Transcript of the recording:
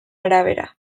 arabera